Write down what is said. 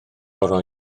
roi